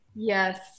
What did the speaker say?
Yes